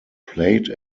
played